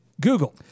Google